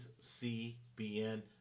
CBN